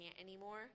anymore